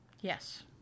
yes